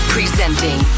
Presenting